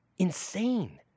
insane